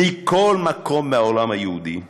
מכל מקום בעולם היהודי,